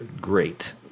Great